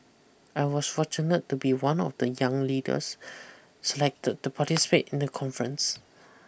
I was fortunate to be one of the young leaders selected to participate in the conference